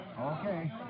Okay